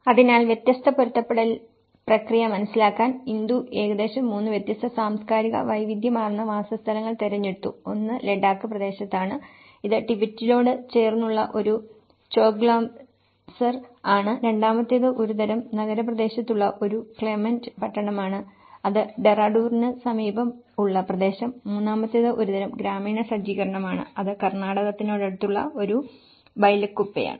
അതിനാൽ വ്യത്യസ്തമായ പൊരുത്തപ്പെടുത്തൽ പ്രക്രിയ മനസിലാക്കാൻ ഇന്ദു ഏകദേശം 3 വ്യത്യസ്ത സാംസ്കാരിക വൈവിധ്യമാർന്ന വാസസ്ഥലങ്ങൾ തിരഞ്ഞെടുത്തു ഒന്ന് ലഡാക്ക് പ്രദേശത്താണ് ഇത് ടിബറ്റിനോട് ചേർന്നുള്ള ഒരു ചോഗ്ലാംസർ ആണ് രണ്ടാമത്തേത് ഒരു തരം നഗരപ്രദേശത്തുള്ള ഒരു ക്ലെമന്റ് പട്ടണമാണ് അത് ഡെറാഡൂണിന് സമീപമുള്ള പ്രദേശം മൂന്നാമത്തേത് ഒരുതരം ഗ്രാമീണ സജ്ജീകരണമാണ് അത് കർണാടകത്തിനടുത്തുള്ള ഒരു ബൈലക്കുപ്പയാണ്